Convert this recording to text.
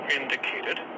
indicated